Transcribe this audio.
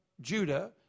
Judah